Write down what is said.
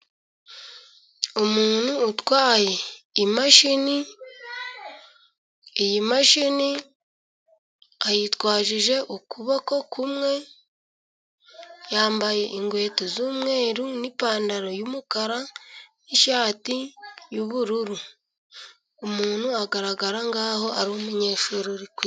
Umuntu utwaye imashini, iyi mashini ayitwajije ukuboko kumwe, yambaye inkweto z'umweru n'ipantaro y'umukara n'ishati y'ubururu. Umuntu agaragara nk'aho ari umunyeshuri uri kwiga.